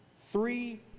three